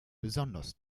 besonders